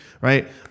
right